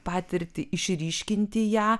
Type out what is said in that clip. patirtį išryškinti ją